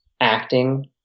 acting